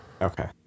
Okay